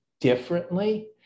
differently